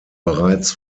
bereits